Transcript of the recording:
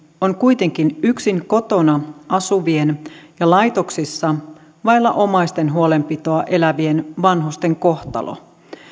on kuitenkin yksin kotona asuvien ja laitoksissa vailla omaisten huolenpitoa elävien vanhusten kohtalo